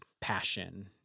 passion